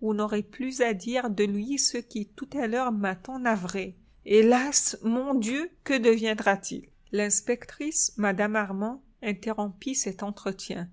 vous n'aurez plus à dire de lui ce qui tout à l'heure m'a tant navrée hélas mon dieu que deviendra-t-il l'inspectrice mme armand interrompit cet entretien